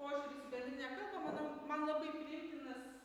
požiūris į bendrinę kalbą mano man labai priimtinas